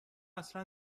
اصلا